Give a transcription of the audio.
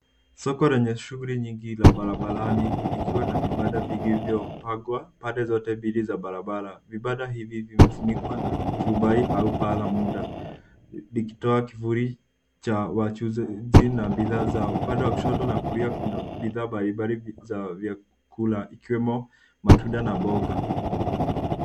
Soko lenye shughuli nyingi ya barabarani ikiwa na vibanda vingi vilivyopangwa pande zote mbili za barabara. Vibanda hivi vimefunikwa na turubai au paa la muda ikitoa kivuli cha wachuuzi na bidhaa zao. Upande wa kushoto na kulia kuna bidhaa mbalimbali za vyakula ikiwemo matunda na mboga.